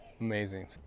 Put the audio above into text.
amazing